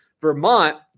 vermont